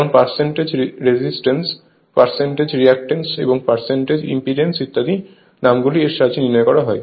যেমন percentage resistance percentage reactance এবং percentage impedance ইত্যাদি মান গুলি এর সাহায্যে নির্ণয় করা হয়